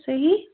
صحیح